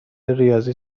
ریاضی